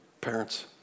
Parents